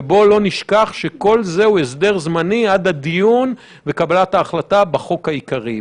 ובואי לא נשכח שכל זה הוא הסדר זמני עד הדיון בקבלת ההחלטה בחוק העיקרי.